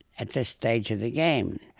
at this stage of the game.